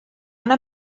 una